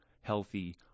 healthy